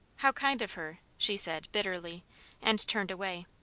how kind of her! she said, bitterly and turned away.